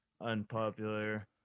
unpopular